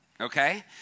Okay